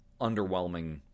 underwhelming